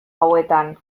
hauetan